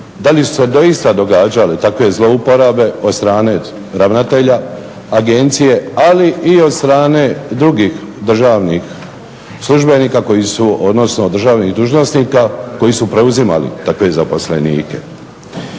da li su se doista događale takve zlouporabe od strane ravnatelja agencije, ali i od strane drugih državnih službenika koji su, odnosno državnih dužnosnika koji su preuzimali takve zaposlenike.